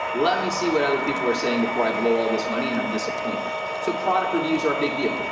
let me see what other people are saying before i blow all this money and i'm disappointed. so product reviews are a big deal.